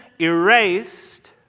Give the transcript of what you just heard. erased